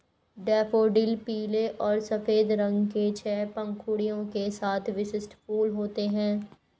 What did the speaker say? daffodil पीले और सफ़ेद रंग के छह पंखुड़ियों के साथ विशिष्ट फूल होते हैं